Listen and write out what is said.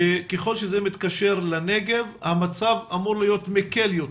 שככל שזה מתקשר לנגב, המצב אמור להיות מקל יותר.